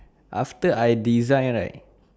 after I design right